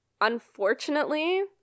unfortunately